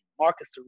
Marcus